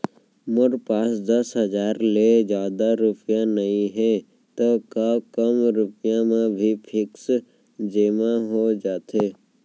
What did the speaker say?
मोर पास दस हजार ले जादा रुपिया नइहे त का कम रुपिया म भी फिक्स जेमा हो जाथे?